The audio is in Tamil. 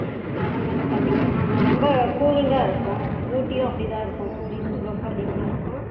மலை மேலே பார்த்திங்கன்னா ரொம்ப கூலிங்காக இருக்கும் ஊட்டியும் அப்படிதான் இருக்கும் கூலிங் ரொம்ப அதிகமாக இருக்கும்